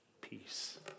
peace